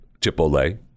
Chipotle